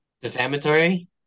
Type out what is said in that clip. Defamatory